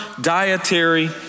dietary